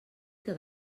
que